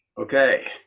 Okay